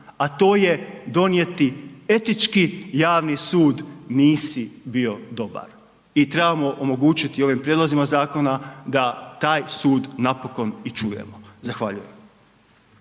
a to je donijeti etički javni sud, nisi bio dobar. I trebamo omogućiti ovim prijedlozima zakona da taj sud napokon i čujemo. Zahvaljujem.